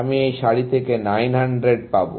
আমি এই সারি থেকে 900 পাবো